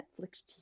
Netflix